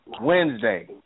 Wednesday